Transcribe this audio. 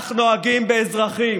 כך נוהגים באזרחים.